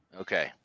Okay